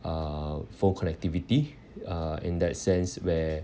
uh phone connectivity uh in that sense where